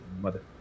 mother